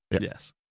Yes